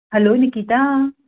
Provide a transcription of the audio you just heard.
hello Nikita